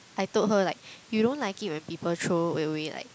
I told her like you don't like it when people throw away like